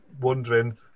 wondering